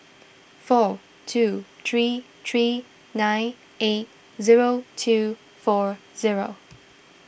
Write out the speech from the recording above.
four two three three nine eight zero two four zero